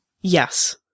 Yes